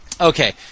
Okay